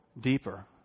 deeper